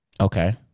okay